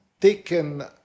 taken